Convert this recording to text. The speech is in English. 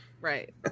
Right